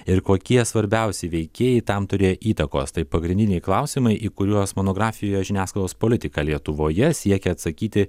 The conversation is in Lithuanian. ir kokie svarbiausi veikėjai tam turėjo įtakos tai pagrindiniai klausimai į kuriuos monografijos žiniasklaidos politika lietuvoje siekė atsakyti